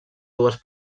dues